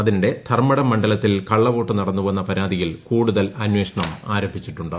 അതിനിടെ ധർമ്മടം മണ്ഡല്ത്തിൽ കള്ളവോട്ട് നടന്നുവെന്ന പരാതിയിൽ കൂടുതൽ അന്വേഷണം ആർട്ടിച്ചിട്ടുണ്ട്